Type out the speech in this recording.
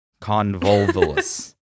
convolvulus